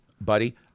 buddy